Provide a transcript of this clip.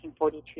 1942